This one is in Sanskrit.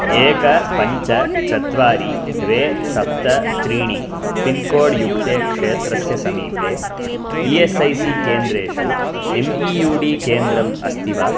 एक पञ्च चत्वारि द्वे सप्त त्रीणि पिन्कोड् युक्ते क्षेत्रस्य समीपे ई एस् ऐ सी केन्द्रेषु एम् ई यू डी केन्द्रम् अस्ति वा